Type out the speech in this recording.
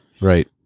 Right